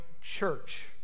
church